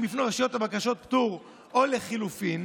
יפנו לרשויות בבקשות פטור או לחלופין